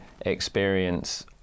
experience